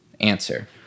answer